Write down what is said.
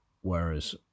Whereas